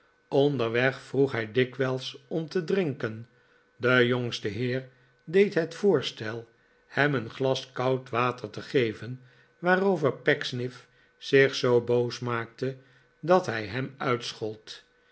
onderweg vroeg hij dikwijls orate drinken de jongste heer deed het voorstel hem een glas koud water te geven waarover pecksniff zich zoo boos maakte dat hij hem uitschold